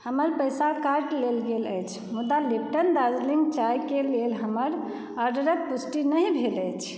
हमर पैसा काटि लेल गेल अछि मुदा लिप्टन दार्जिलिंग चायके लेल हमर ऑडरके पुष्टि नहि भेल अछि